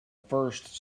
first